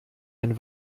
ein